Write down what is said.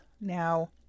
Now